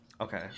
Okay